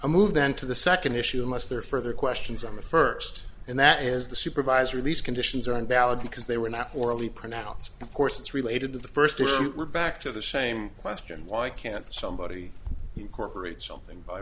i moved into the second issue unless there are further questions on the first and that is the supervisor these conditions are invalid because they were not orally pronounced of course it's related to the first issue we're back to the same question why can't somebody incorporate something by